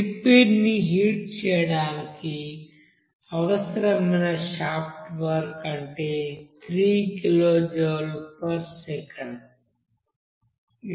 liquid ని heat చేయడానికి అవసరమైన షాఫ్ట్ వర్క్ అంటే 3 కిలోజౌల్సెకను